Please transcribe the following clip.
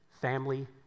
family